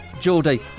Geordie